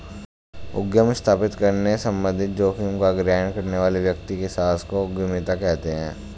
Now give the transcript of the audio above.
उद्यम स्थापित करने संबंधित जोखिम का ग्रहण करने वाले व्यक्ति के साहस को उद्यमिता कहते हैं